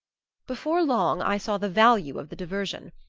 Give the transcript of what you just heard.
before long i saw the value of the diversion.